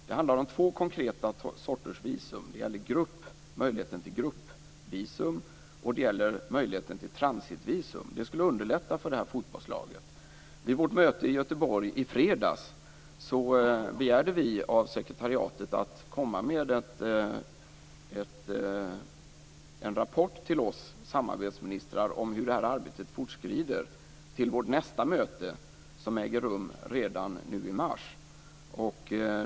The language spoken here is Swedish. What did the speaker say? Det handlar om två konkreta sorters visum. Det gäller möjligheten till gruppvisum, och det gäller möjligheten till transitvisum. Det skulle underlätta för det här fotbollslaget. Vid vårt möte i Göteborg i fredags begärde vi av sekretariatet att komma med en rapport till oss samarbetsministrar om hur det här arbetet fortskrider till vårt nästa möte som äger rum redan nu i mars.